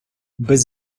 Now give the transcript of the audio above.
без